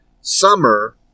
summer